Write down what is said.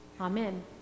Amen